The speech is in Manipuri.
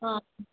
ꯑꯥ